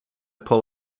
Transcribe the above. pull